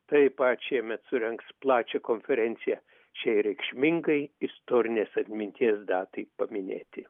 taip pat šiemet surengs plačią konferenciją šiai reikšmingai istorinės atminties datai paminėti